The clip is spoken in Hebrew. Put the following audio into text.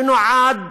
שנועד